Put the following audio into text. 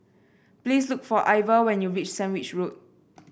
please look for Iver when you reach Sandwich Road